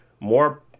more